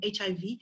HIV